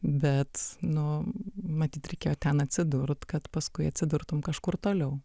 bet nu matyt reikėjo ten atsidurt kad paskui atsidurtum kažkur toliau